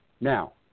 Now